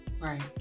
Right